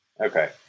Okay